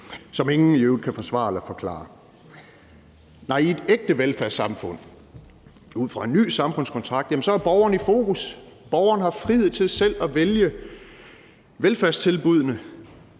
som ingen i øvrigt kan forsvare eller forklare. Nej, i et ægte velfærdssamfund med en ny samfundskontrakt er borgeren i fokus; borgeren har frihed til selv at vælge velfærdstilbuddene,